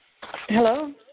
Hello